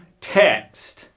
text